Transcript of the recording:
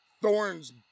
thorns